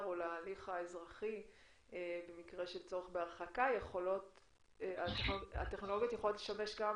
או להליך האזרחי במקרה של צורך בהרחקה יכול לשמש גם